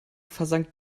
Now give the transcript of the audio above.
versank